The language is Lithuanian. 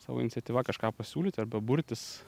savo iniciatyva kažką pasiūlyti arba burtis